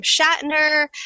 Shatner